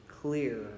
clear